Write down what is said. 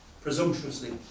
presumptuously